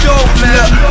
look